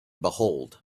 behold